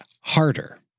harder